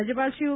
રાજ્યપાલશ્રી ઓ